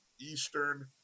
Eastern